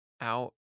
out